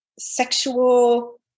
sexual